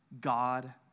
God